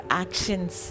actions